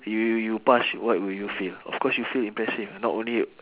you you you pass y~ what would you feel of course you feel impressive not only